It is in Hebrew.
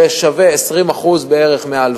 זה שווה בערך 20% מההלוואה,